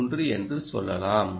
3 என்று சொல்லலாம்